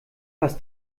was